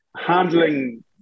handling